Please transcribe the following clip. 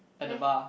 at the bar